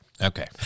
Okay